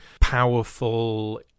powerful